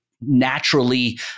naturally